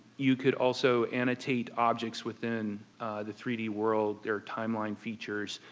you could also annotate objects within the three d world. there are timeline features.